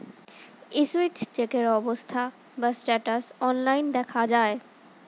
issued চেকের অবস্থা বা স্ট্যাটাস অনলাইন দেখা যায়